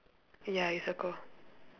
ya you circle